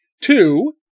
Two